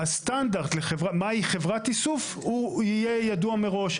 הסטנדרט למהי חברת איסוף הוא יהיה ידוע מראש,